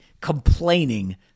complaining